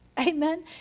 Amen